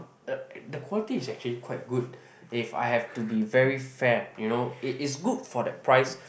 the the quality is actually quite good if I have to be very fair you know it is good for that price